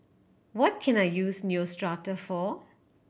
what can I use Neostrata for